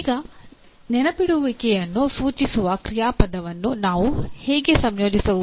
ಈಗ ನೆನಪಿಡುವಿಕೆಯನ್ನು ಸೂಚಿಸುವ ಕ್ರಿಯಾಪದವನ್ನು ನಾನು ಹೇಗೆ ಸಂಯೋಜಿಸುವುದು